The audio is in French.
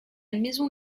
maisons